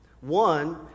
One